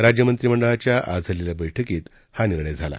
राज्य मंत्रिमंडळाच्या आज झालेल्या बैठकीत हा निर्णय घेण्यात आला